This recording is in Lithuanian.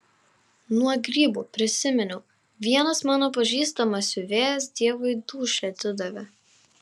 nuo grybų prisiminiau vienas mano pažįstamas siuvėjas dievui dūšią atidavė